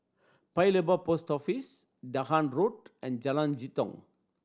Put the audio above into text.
Paya Lebar Post Office Dahan Road and Jalan Jitong